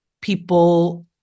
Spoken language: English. people